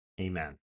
Amen